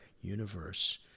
universe